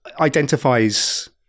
identifies